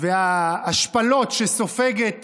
וההשפלות שסופגת